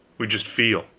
we just feel.